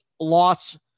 loss